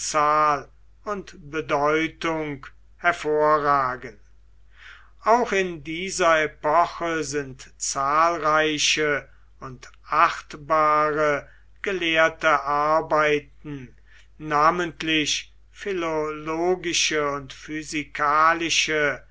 und bedeutung hervorragen auch in dieser epoche sind zahlreiche und achtbare gelehrte arbeiten namentlich philologische und